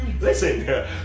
Listen